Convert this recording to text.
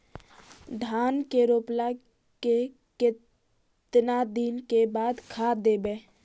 धान के रोपला के केतना दिन के बाद खाद देबै?